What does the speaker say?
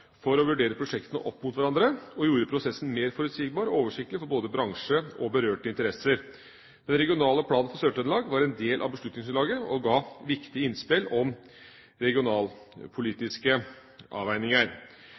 for å vurdere prosjektene opp mot hverandre og gjorde prosessen mer forutsigbar og oversiktlig for både bransjen og berørte interesser. Den regionale planen for Sør-Trøndelag var en del av beslutningsgrunnlaget og ga et viktig innspill om regionalpolitiske avveininger.